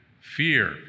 fear